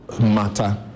matter